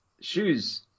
shoes